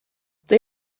they